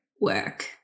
work